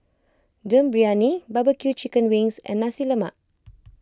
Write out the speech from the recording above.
Dum Briyani Barbeque Chicken Wings and Nasi Lemak